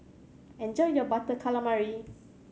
enjoy your Butter Calamari